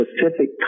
specific